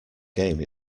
game